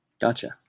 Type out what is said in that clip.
Gotcha